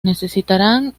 necesitarán